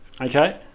Okay